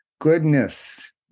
goodness